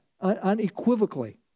unequivocally